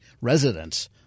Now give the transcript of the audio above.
residents